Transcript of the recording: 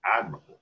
admirable